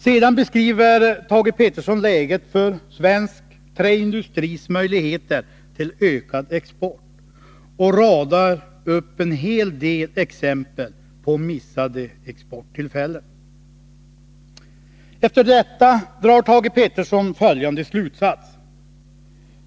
Sedan beskriver Thage Peterson läget för svensk trähusindustris möjligheter till ökad export, och radar upp en hel del exempel på missade exporttillfällen. Efter detta drar Thage Peterson följande slutsats.